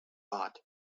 bought